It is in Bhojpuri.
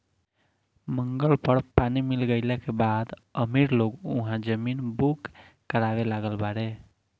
मंगल पर पानी मिल गईला के बाद अमीर लोग उहा जमीन बुक करावे लागल बाड़े